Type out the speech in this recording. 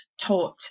taught